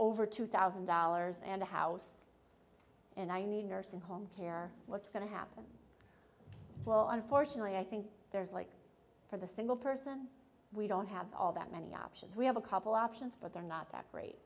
over two thousand dollars and a house and i need nursing home care what's going to happen well unfortunately i think there's like for the single person we don't have all that many options we have a couple options but they're not that great